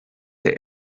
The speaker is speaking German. der